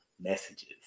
messages